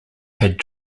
had